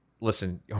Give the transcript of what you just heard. listen